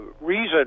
reason